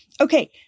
Okay